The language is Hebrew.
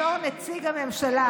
בתור נציג הממשלה,